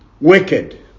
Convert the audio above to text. wicked